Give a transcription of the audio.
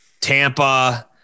Tampa